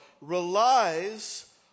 relies